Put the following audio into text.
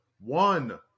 one